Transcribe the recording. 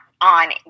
on